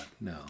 no